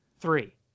Three